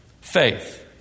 faith